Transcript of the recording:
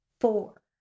Four